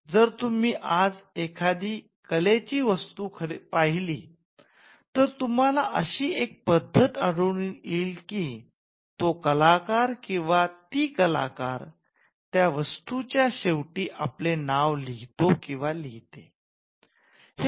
जर तुम्ही आज एखादी कलेची वस्तू पहिली तर तुम्हाला अशी एक पद्धत आढळून येईल की तो कलाकार किंवा ती कलाकार त्या वस्तू च्या शेवटी आपले नाव लिहितो लिहिते